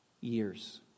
years